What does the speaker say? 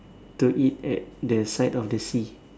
to eat at the side of the sea